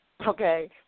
okay